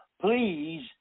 Please